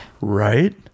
Right